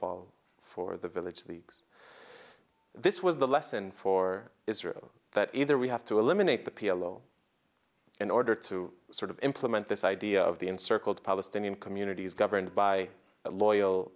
fall for the village the this was the lesson for israel that either we have to eliminate the p l o in order to sort of implement this idea of the encircled palestinian communities governed by loyal